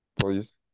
Please